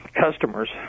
customers